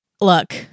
Look